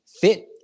fit